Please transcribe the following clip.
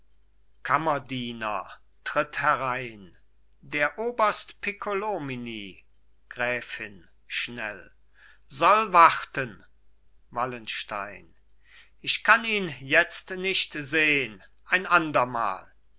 kammerdiener tritt herein der oberst piccolomini gräfin schnell soll warten wallenstein ich kann ihn jetzt nicht sehn ein andermal